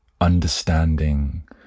understanding